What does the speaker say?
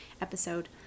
episode